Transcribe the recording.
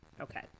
Okay